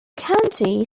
county